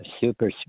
super